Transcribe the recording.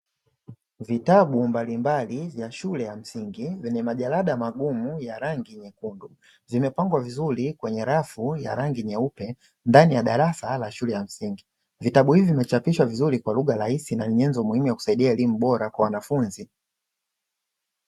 Vitabu mbalimbali vya shule ya msingi vyenye majarada magumu ya rangi nyekundu zimepangwa vizuri kwenye rafu ya rangi nyeupe ndani ya darasa la shule ya msingi, vitabu hivi vimechapishwa vizuri kwa lugha rahisi na ni nyenzo muhimu ya kusaidia elimu bora kwa wanafunzi.